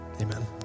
Amen